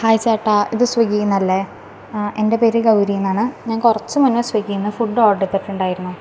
hi ചേട്ടാ ഇത് സ്വിഗ്ഗിയിൽ നിന്നല്ലെ എന്റെ പേര് ഗൗരി എന്നാണ് ഞാന് കുറച്ച് മുന്നെ സ്വിഗ്ഗിയിൽ നിന്ന് ഫുഡ് ഓർഡർ ചെയ്തിട്ടുണ്ടായിരുന്നു